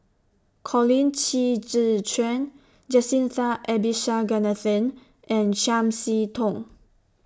Colin Qi Zhe Quan Jacintha Abisheganaden and Chiam See Tong